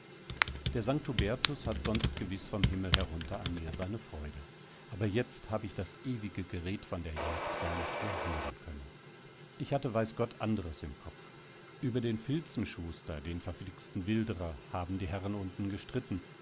der st hubertus hat sonst gewiß vom himmel herunter an mir seine freude aber jetzt hab ich das ewige gered von der jagd gar nicht mehr hören können ich hatte weiß gott anderes im kopf über den filzenschuster den verflixten wilderer haben die herren unten gestritten